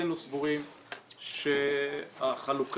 הוועדה